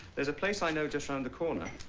there's a place i know just around the corner